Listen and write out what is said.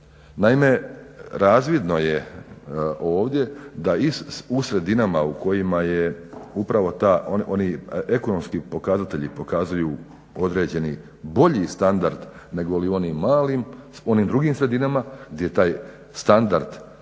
Naime, razvidno je ovdje da usred Dinama u kojima je upravo ta, oni ekonomski pokazatelji pokazuju određeni bolji standard negoli onim malim, onim drugim sredinama gdje je taj standard